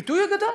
הפיתוי הוא גדול.